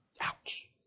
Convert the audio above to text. Ouch